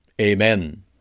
Amen